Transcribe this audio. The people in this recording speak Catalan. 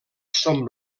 són